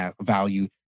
value